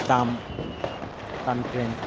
দাম দামি ট্রেন